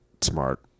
smart